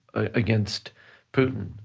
against putin.